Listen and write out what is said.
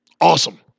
Awesome